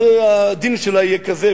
אז הדין שלה יהיה כזה,